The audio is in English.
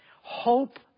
Hope